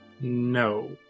No